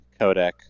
codec